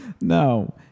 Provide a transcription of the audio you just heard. No